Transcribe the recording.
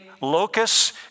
locusts